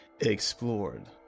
Explored